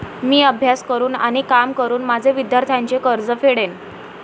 मी अभ्यास करून आणि काम करून माझे विद्यार्थ्यांचे कर्ज फेडेन